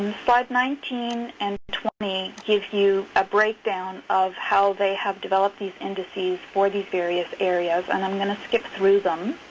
and slides nineteen and twenty give you a breakdown of how they have developed these indices for these various areas. and i'm going to skip through them.